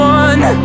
one